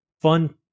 fun